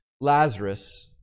Lazarus